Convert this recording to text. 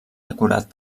decorat